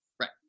right